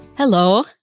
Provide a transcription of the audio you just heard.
Hello